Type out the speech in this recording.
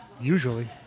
Usually